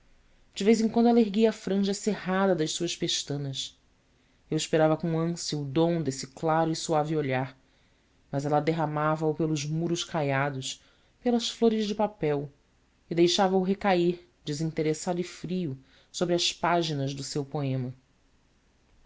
de vez em quando ela erguia a franja cerrada das suas pestanas eu esperava com ânsia o dom desse claro e suave olhar mas ela derramava o pelos muros caiados pelas flores de papel e deixava o recair desinteressado e frio sobre as páginas do seu poema